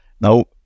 Now